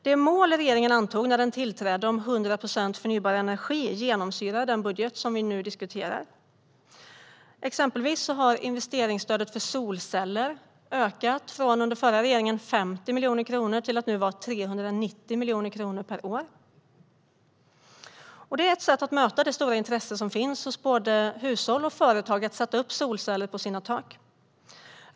Det mål regeringen antog när den tillträde om 100 procent förnybar energi genomsyrar den budget som vi nu diskuterar. Exempelvis har investeringsstödet för solceller ökat från under förra regeringen 50 miljoner kronor till att nu vara 390 miljoner kronor per år. Det är ett sätt att möta det stora intresse som finns hos både hushåll och företag att sätta upp solceller på sina tak.